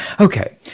okay